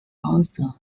also